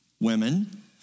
women